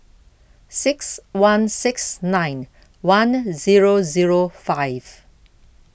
six one six nine one zero zero five